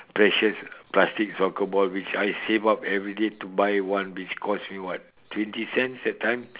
precious plastic soccer ball which I save up everyday to buy one which cost me what twenty cents that time